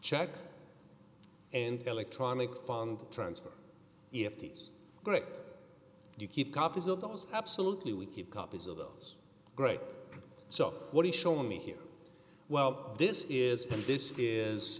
check and electronic funds transfer if he's correct you keep copies of those absolutely we keep copies of those great so what he show me here well this is this is